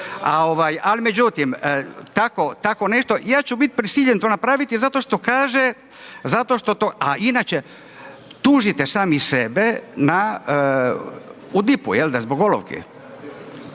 Ali međutim, tako nešto, ja ću biti prisiljen to napraviti, zato što kaže, zato što to, a inače tužite sami sebe u DIP-u jel da, zbog olovke.